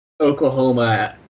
Oklahoma